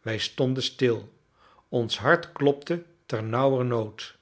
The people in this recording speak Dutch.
wij stonden stil ons hart klopte ternauwernood